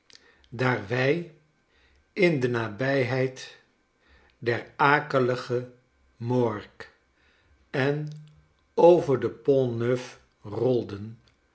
daar wij in de nabijheid der akelige mor en over depontn e u f rolden